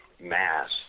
mass